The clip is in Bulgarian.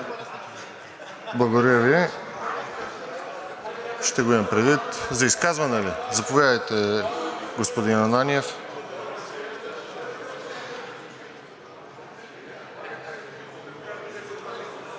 Благодаря Ви. Ще го имам предвид. За изказване ли? Заповядайте, господин Ананиев. РЕПЛИКА ОТ